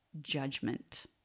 judgment